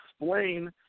explain